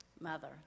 mother